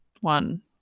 one